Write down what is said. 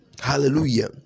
Hallelujah